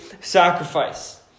sacrifice